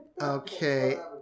Okay